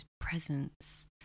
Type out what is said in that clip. presence